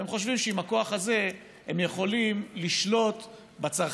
והם חושבים שעם הכוח הזה הם יכולים לשלוט בצרכנים,